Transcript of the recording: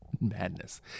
Madness